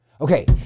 Okay